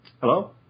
Hello